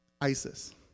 ISIS